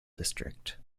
district